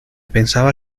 pensaba